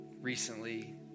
recently